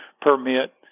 permit